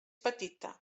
petita